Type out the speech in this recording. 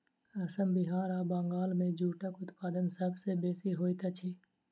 असम बिहार आ बंगाल मे जूटक उत्पादन सभ सॅ बेसी होइत अछि